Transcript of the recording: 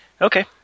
Okay